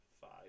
five